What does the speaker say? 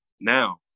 now